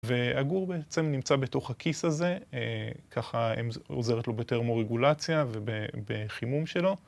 והגור בעצם נמצא בתוך הכיס הזה, ככה עוזרת לו בתרמורגולציה ובחימום שלו.